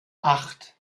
acht